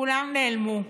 כולם נעלמו.